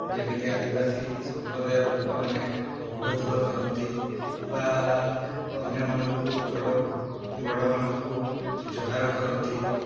ଯେମିତି ଆଦିବାସୀ ସମ୍ପ୍ରଦାୟର ଲୋକମାନେ ଗୁଡ଼ ଧୁଆ କରନ୍ତି ବା ଅନ୍ୟମାନଙ୍କୁ ବଡ଼ ବଡ଼ମାନଙ୍କୁ ଜୁହାର କରନ୍ତି